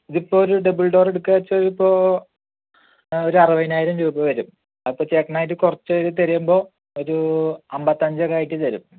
ഇതിപ്പോൾ ഒരു double door എടുക്കുകയെന്ന് വെച്ചാൽ ഇപ്പോൾ ഒരു അറുപതിനായിരം രൂപ വരും അപ്പോൾ ചേട്ടന് കുറച്ചതിൽ നിന്ന് തരുമ്പോൾ ഒരു അമ്പത്തഞ്ച് ഒക്കെ ആയിട്ട് തരും